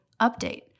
update